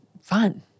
fun